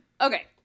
okay